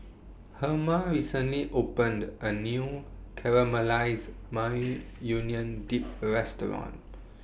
Herma recently opened A New Caramelized Maui Union Dip Restaurant